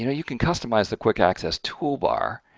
you know, you can customize the quick access toolbar,